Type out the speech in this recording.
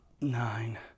nine